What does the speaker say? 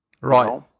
Right